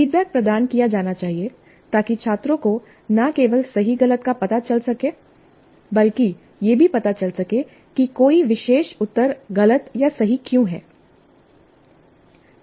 feedback प्रदान किया जाना चाहिए ताकि छात्रों को न केवल सही गलत का पता चल सके बल्कि यह भी पता चल सके कि कोई विशेष उत्तर गलत या सही क्यों है